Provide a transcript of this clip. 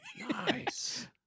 Nice